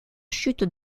chute